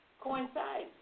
coincide